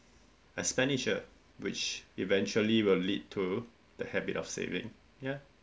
expenditure which eventually will lead to the habit of saving ya